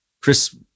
Chris